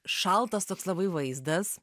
šaltas toks labai vaizdas